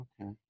Okay